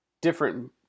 different